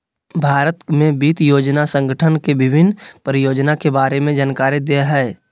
भारत में वित्त योजना संगठन के विभिन्न परियोजना के बारे में जानकारी दे हइ